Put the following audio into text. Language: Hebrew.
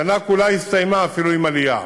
השנה כולה הסתיימה אפילו עם עלייה.